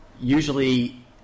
usually –